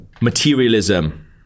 materialism